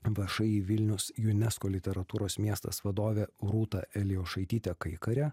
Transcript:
vąšai vilnius unesco literatūros miestas vadovė rūta elijošaitytėkaikarė